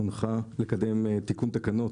הונחה לקדם תיקון תקנות